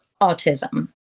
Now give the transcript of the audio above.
autism